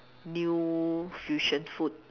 new fusion food